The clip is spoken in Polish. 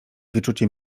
wyczucie